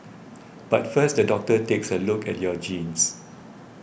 but first the doctor takes a look at your genes